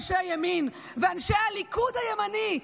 אנשי ימין ואנשי הליכוד הימני,